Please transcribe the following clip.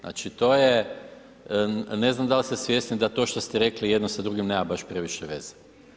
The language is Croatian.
Znači to je, ne znam da li ste svjesni da to što ste rekli jedno sa drugim nema baš previše veze.